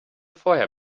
vorher